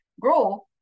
grow